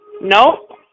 No